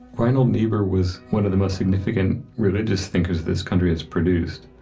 reinhold niebuhr was one of the most significant religious thinkers this country has produced.